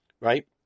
right